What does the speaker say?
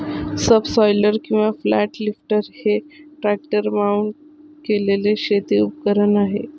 subsoiler किंवा flat lifter हे tractor mount केलेले शेती उपकरण आहे